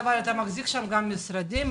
אתה מחזיק שם משרדים?